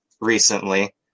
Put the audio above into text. recently